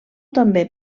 també